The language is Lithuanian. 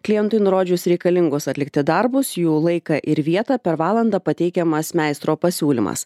klientui nurodžius reikalingus atlikti darbus jų laiką ir vietą per valandą pateikiamas meistro pasiūlymas